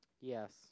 Yes